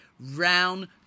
round